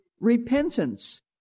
repentance